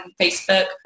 Facebook